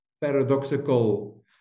paradoxical